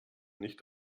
nicht